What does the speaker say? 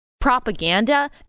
propaganda